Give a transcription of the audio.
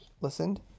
listened